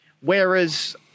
Whereas